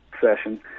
session